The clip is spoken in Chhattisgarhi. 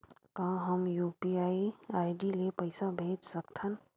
का हम यू.पी.आई आई.डी ले पईसा भेज सकथन?